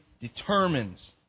determines